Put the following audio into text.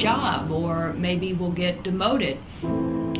job or maybe he will get demoted